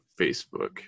Facebook